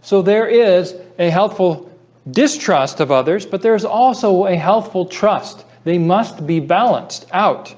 so there is a helpful distrust of others, but there is also a healthful trust. they must be balanced out